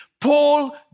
Paul